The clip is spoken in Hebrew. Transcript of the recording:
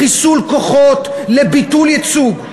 לחיסול כוחות, לביטול ייצוג.